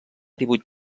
divuit